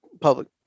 public